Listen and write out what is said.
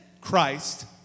Christ